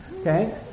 Okay